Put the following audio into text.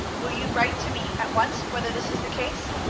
will you write to me at once whether this is the case?